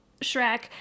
Shrek